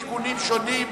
תיקונים שונים),